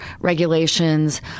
regulations